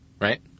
right